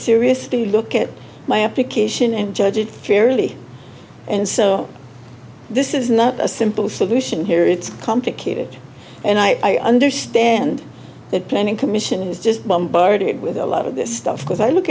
seriously look at my application and judge it fairly and so this is not a simple solution here it's complicated and i understand that planning commission is just bombarded with a lot of this stuff because i look